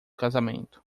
casamento